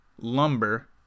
Lumber